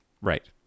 Right